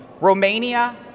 Romania